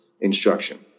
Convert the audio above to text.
instruction